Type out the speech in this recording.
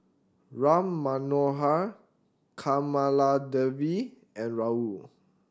Ram Manohar Kamaladevi and Rahul